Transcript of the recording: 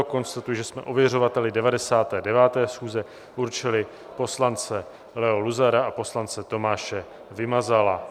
Konstatuji, že jsme ověřovateli 99. schůze určili poslance Leo Luzara a poslance Tomáše Vymazala.